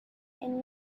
and